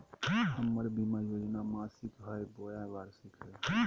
हमर बीमा योजना मासिक हई बोया वार्षिक?